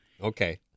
Okay